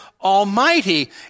Almighty